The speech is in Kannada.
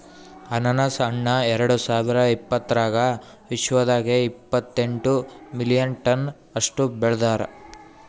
ಅನಾನಸ್ ಹಣ್ಣ ಎರಡು ಸಾವಿರ ಇಪ್ಪತ್ತರಾಗ ವಿಶ್ವದಾಗೆ ಇಪ್ಪತ್ತೆಂಟು ಮಿಲಿಯನ್ ಟನ್ಸ್ ಅಷ್ಟು ಬೆಳದಾರ್